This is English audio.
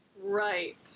Right